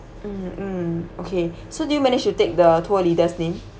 mm mm okay so did you manage to take the tour leader's name